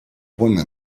woman